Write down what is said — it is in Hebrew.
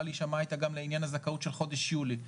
להשמע הייתה גם לעניין הזכאות של חודש יולי.